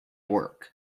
work